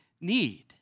need